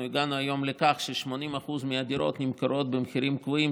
אנחנו הגענו היום לכך ש-80% מהדירות נמכרות במחירים קבועים